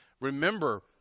Remember